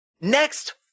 next